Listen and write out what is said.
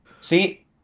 See